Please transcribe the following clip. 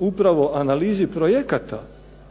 upravo analizi projekata